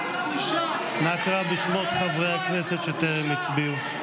אנא קרא בשמות חברי הכנסת שטרם הצביעו.